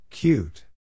Cute